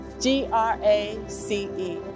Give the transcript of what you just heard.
G-R-A-C-E